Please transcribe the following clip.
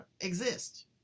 exist